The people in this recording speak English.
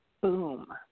boom